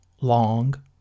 long